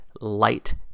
light